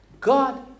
God